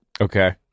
Okay